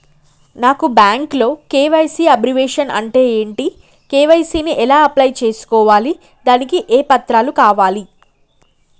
నాకు బ్యాంకులో KYC abbreviation అంటే ఏంటి కే.వై.సీ ని ఎలా అప్లై చేసుకోవాలి దానికి ఏ పత్రాలు కావాలి?